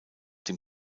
dem